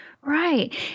right